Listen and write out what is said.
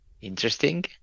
interesting